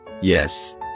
Yes